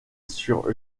sur